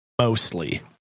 mostly